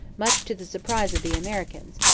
much to the surprise of the americans,